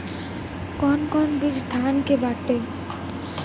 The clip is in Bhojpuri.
कौन कौन बिज धान के बाटे?